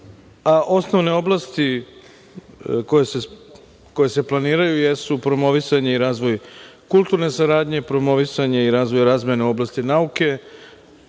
osnovne oblasti koje se planiraju jesu promovisanje i razvoj kulturne saradnje, promovisanje i razvoj razmene u oblasti nauke,